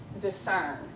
Discern